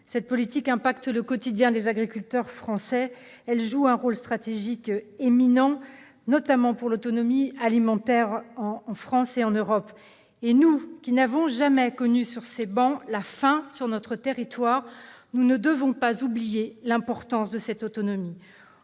Cette politique, qui affecte le quotidien des agriculteurs français, joue un rôle stratégique éminent, notamment pour notre autonomie alimentaire, en France et en Europe. Nous, qui n'avons jamais connu la faim sur notre territoire, ne devons pas oublier l'importance de cette autonomie.